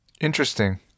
Interesting